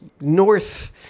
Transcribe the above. North